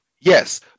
Yes